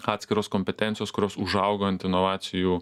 atskiros kompetencijos kurios užaugo ant inovacijų